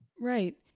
Right